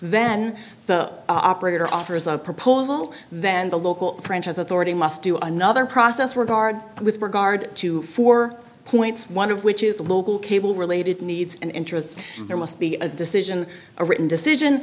then the operator offers a proposal then the local franchise authority must do another process work hard with regard to four points one of which is the local cable related needs and interests there must be a decision a written decision